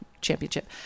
championship